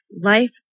life